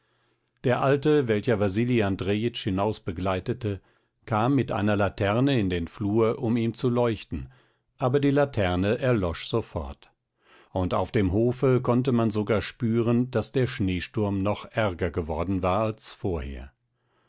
der alte welcher wasili andrejitsch hinausbegleitete kam mit einer laterne in den flur um ihm zu leuchten aber die laterne erlosch sofort und auf dem hofe konnte man sogar spüren daß der schneesturm noch ärger geworden war als vorher